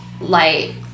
light